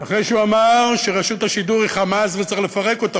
אחרי שהוא אמר שרשות השידור היא "חמאס" וצריך לפרק אותה,